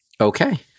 Okay